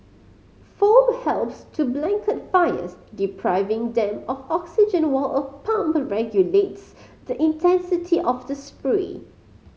foam helps to blanket fires depriving them of oxygen while a pump regulates the intensity of the spray